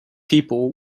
people